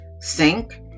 sink